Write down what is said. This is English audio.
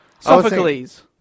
Sophocles